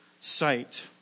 sight